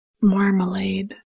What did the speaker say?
Marmalade